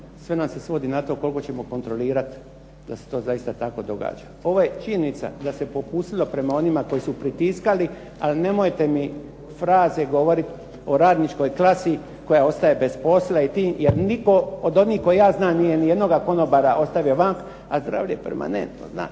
sve nam se svodi na to koliko ćemo kontrolirati da se to zaista tako događa. Ovo je činjenica da se popustilo prema onima koji su pritiskali, ali nemojte mi fraze govoriti o radničkoj klasi koja ostaje bez posla, jer nitko od onih kojih ja znam nije ni jednoga konobara ostavio vanka, a zdravlje je permanentno znate.